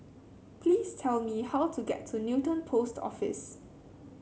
please tell me how to get to Newton Post Office